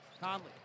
Conley